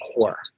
core